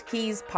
Keys